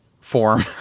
form